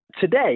today